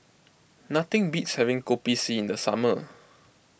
nothing beats having Kopi C in the summer